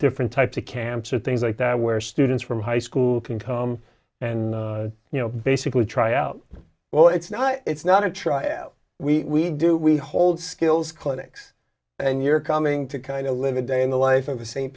different types of camps or things like that where students from high school can come and you know basically try out well it's not it's not a try we do we hold skills clinics and you're coming to kind of live a day in the life of a saint